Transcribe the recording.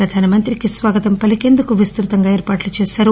ప్రధాన మంత్రికి స్వాగతం చెప్పేందుకు విస్తృత ఏర్పాటు చేశారు